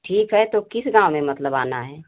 ठीक है तो किस गाँव में मतलब आना है